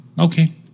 Okay